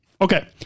Okay